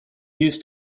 used